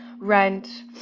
rent